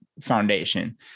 foundation